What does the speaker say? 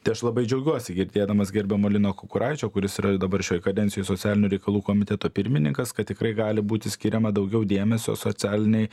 tai aš labai džiaugiuosi girdėdamas gerbiamo lino kukuraičio kuris yra dabar šioj kadencijoj socialinių reikalų komiteto pirmininkas kad tikrai gali būti skiriama daugiau dėmesio socialinei